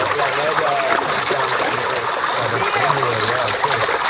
while ned comes down back to earth. let's try this vindaloo. yeah cheers!